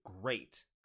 great